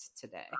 today